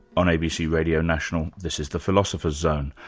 on abc radio national, this is the philosopher's zone.